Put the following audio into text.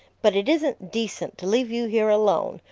but it isn't decent to leave you here alone,